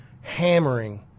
hammering